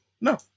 no